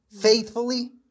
faithfully